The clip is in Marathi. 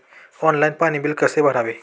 ऑनलाइन पाणी बिल कसे भरावे?